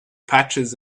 patches